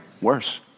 Worse